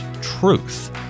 truth